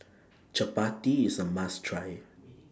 Chappati IS A must Try